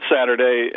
Saturday